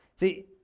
See